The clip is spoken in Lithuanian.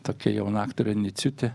tokia jauna aktorė niciutė